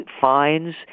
fines